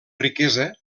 riquesa